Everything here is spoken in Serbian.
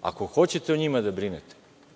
Ako hoćete o njima da brinete,